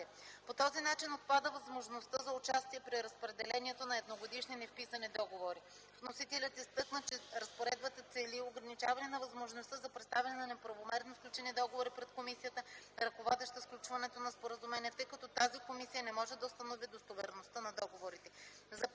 По този начин отпада възможността за участие при разпределението на едногодишни невписани договори. Вносителят изтъкна, че разпоредбата цели ограничаване на възможността за представяне на неправомерно сключени договори пред комисията, ръководеща сключването на споразумения, тъй като тази комисия не може да установи достоверността на договорите.